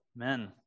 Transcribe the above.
Amen